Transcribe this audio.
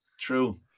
True